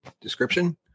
description